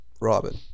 Robin